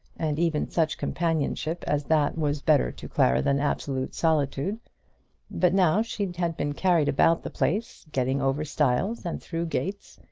and even such companionship as that was better to clara than absolute solitude but now she had been carried about the place, getting over stiles and through gates,